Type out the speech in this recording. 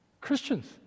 Christians